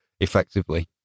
effectively